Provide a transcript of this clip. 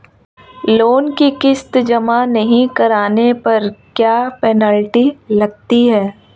Loan की किश्त जमा नहीं कराने पर क्या पेनल्टी लगती है?